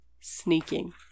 sneaking